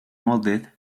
molded